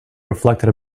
reflected